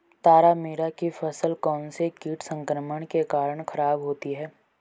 तारामीरा की फसल कौनसे कीट संक्रमण के कारण खराब होती है?